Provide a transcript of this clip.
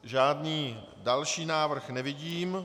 Žádný další návrh nevidím.